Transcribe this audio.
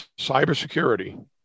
cybersecurity